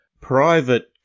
private